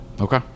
okay